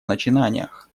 начинаниях